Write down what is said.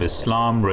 Islam